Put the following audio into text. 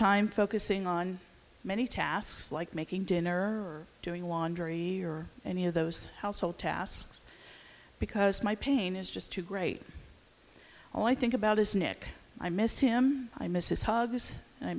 time focusing on many tasks like making dinner doing laundry or any of those household tasks because my pain is just too great all i think about is nick i miss him i miss his hugs